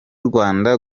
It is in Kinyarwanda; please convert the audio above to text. rwanda